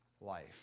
life